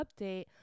update